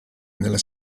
nella